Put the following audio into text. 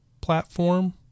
platform